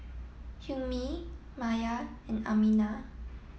Hilmi Maya and Aminah